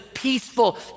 Peaceful